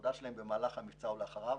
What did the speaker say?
העבודה שלהם הייתה במהלך המבצע ולאחריו.